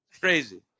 Crazy